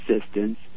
assistance